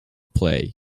play